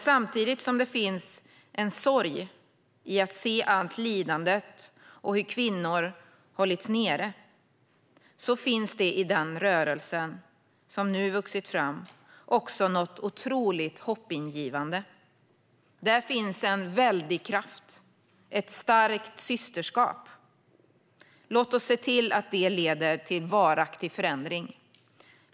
Samtidigt som det finns en sorg i att se allt lidande och hur kvinnor har hållits nere finns det i rörelsen, som nu har vuxit fram, också något otroligt hoppingivande. Där finns en väldig kraft och ett starkt systerskap. Låt oss se till att detta leder till varaktig förändring!